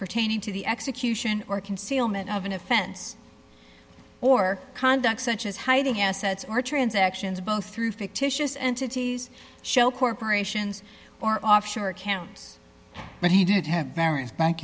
pertaining to the execution or concealment of an offense or conduct such as hiding assets or transactions both through fictitious entities shell corporations or offshore accounts but he did have various bank